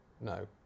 No